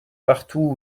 partout